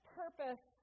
purpose